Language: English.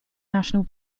national